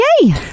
Yay